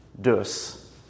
Dus